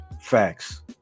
Facts